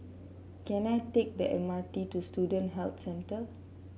can I take the M R T to Student Health Centre